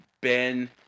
Ben